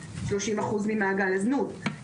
30 אחוז ממעגל הזנות,